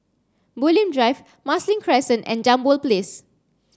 Bulim Drive Marsiling Crescent and Jambol Place